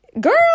Girl